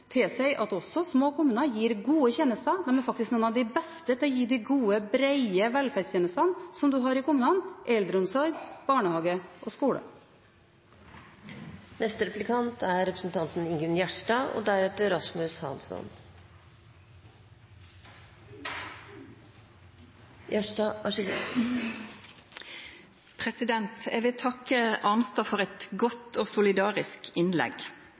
tilsier at også små kommuner gir gode tjenester. De er faktisk noen av de beste til å gi de gode, breie, velferdstjenestene som en har i kommunene: eldreomsorg, barnehage og skole. Eg vil takka representanten Arnstad for eit godt og solidarisk innlegg.